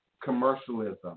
commercialism